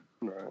Right